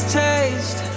taste